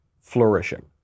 flourishing